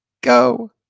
go